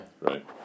Right